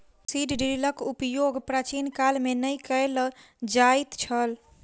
seed ड्रीलक उपयोग प्राचीन काल मे नै कय ल जाइत छल